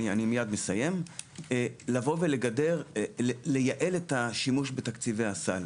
היא לייעל את השימוש בתקציבי הסל.